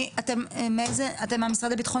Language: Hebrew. מי נמצא ממשרד התרבות